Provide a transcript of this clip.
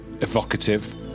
evocative